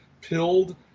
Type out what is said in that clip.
Pilled